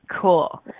Cool